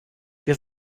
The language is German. wir